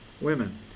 women